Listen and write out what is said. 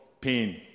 pain